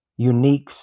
Uniques